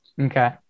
Okay